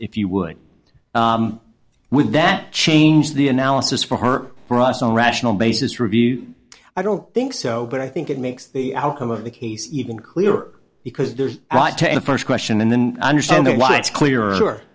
if you would with that change the analysis for her for us all rational basis review i don't think so but i think it makes the outcome of the case even clearer because there's the st question and then understanding why it's clearer